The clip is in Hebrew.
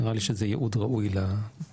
נראה לי שזה ייעוד ראוי לכסף.